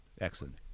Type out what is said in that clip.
Excellent